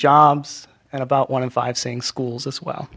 jobs and about one in five saying schools as well